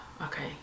Okay